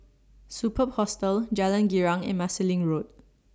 Superb Hostel Jalan Girang and Marsiling Road